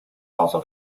also